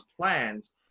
plans